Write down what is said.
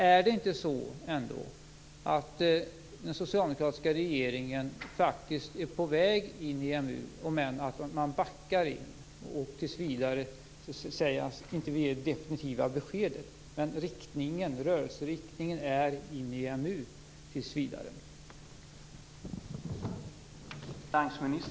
Är det ändå inte så att den socialdemokratiska regeringen faktiskt är på väg in i EMU, om än man backar in och tills vidare inte vill ge det definitiva beskedet?